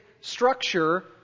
structure